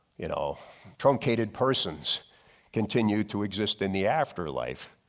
you know truncated persons continue to exist in the afterlife.